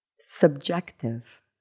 subjective